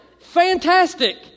Fantastic